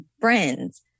friends